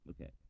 Okay